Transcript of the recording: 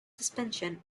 suspension